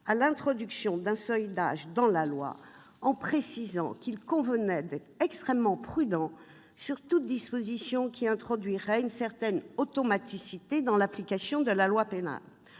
à l'introduction d'un seuil d'âge dans la loi, en précisant qu'il convenait d'être extrêmement prudent sur toute disposition qui introduirait une certaine automaticité dans l'application de la loi pénale.